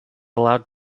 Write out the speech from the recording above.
allowed